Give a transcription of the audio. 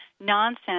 nonsense